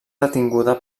detinguda